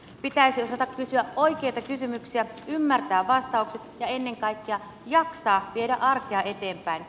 pitäisi osata kysyä oikeita kysymyksiä ymmärtää vastaukset ja ennen kaikkea jaksaa viedä arkea eteenpäin